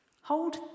hold